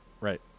right